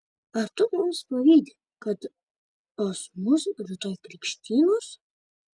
ar tu mums pavydi kad pas mus rytoj krikštynos